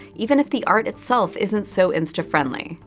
even if the art itself isn't so insta-friendly.